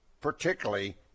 particularly